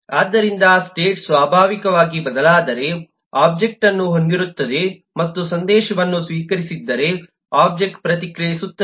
ಆದ್ದರಿಂದ ಸ್ಟೇಟ್ ಸ್ವಾಭಾವಿಕವಾಗಿ ಬದಲಾದರೆ ಒಬ್ಜೆಕ್ಟ್ವನ್ನು ಹೊಂದಿರುತ್ತದೆ ಮತ್ತು ಸಂದೇಶವನ್ನು ಸ್ವೀಕರಿಸಿದ್ದರೆ ಒಬ್ಜೆಕ್ಟ್ ಪ್ರತಿಕ್ರಿಯಿಸುತ್ತದೆ